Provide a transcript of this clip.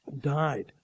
died